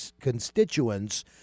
constituents